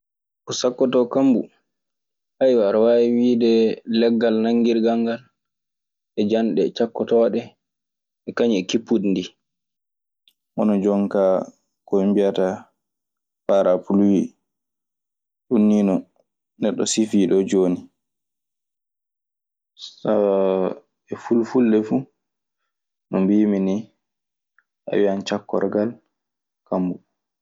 Ko sakkotoo kammu, aɗa waawi wiide legal nanngirgal ngal e jannde cakotooɗe e kañun e kippudi ndii. Hono jonkaa ko ɓe mbiyata paaraa piliwii. Ɗun nii non neɗɗo sifii ɗoo jooni. E fulfude fu, no mbiimi ni a wiyan cakkorgal kammo.